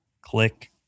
Click